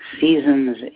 Seasons